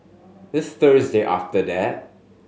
the Thursday after that